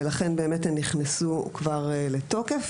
ולכן באמת הן נכנסו כבר לתוקף,